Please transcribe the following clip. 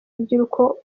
urubyiruko